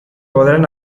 podrán